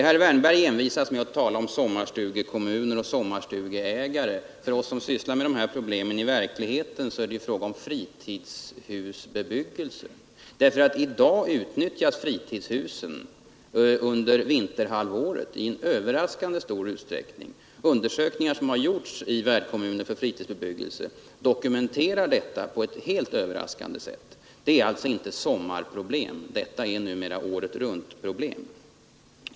Herr Wärnberg envisas med att tala om sommarstugekommuner och sommarstugeägare. För oss som sysslar med dessa problem i verkligheten är det fråga om fritidshusbebyggelse. I dag utnyttjas nämligen fritidshusen under vinterhalvåret i överraskande stor utsträckning. Undersökningar som har gjorts i värdkommuner för fritidsbebyggelse dokumenterar detta. Det är alltså inte numera fråga om sommarproblem utan om åretruntproblem.